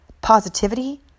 positivity